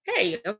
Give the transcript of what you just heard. hey